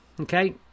okay